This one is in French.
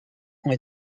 ont